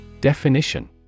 Definition